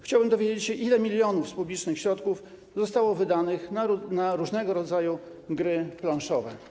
Chciałem dowiedzieć się, ile milionów z publicznych środków zostało wydanych na różnego rodzaju gry planszowe.